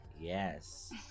Yes